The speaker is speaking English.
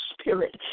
spirit